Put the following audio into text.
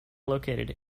located